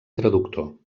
traductor